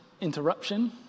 interruption